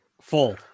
Full